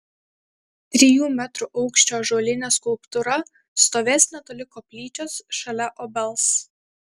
trijų metrų aukščio ąžuolinė skulptūra stovės netoli koplyčios šalia obels